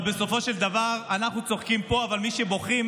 אבל בסופו של דבר אנחנו צוחקים פה ומי שבוכים